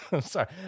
sorry